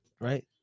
right